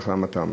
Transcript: להחלמתם.